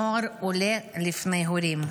נוער עולה לפני הורים.